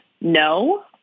no